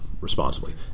responsibly